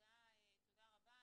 תודה רבה.